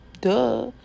duh